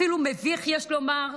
אפילו מביך, יש לומר,